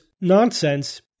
nonsense